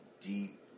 deep